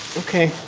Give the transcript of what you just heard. ok